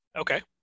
Okay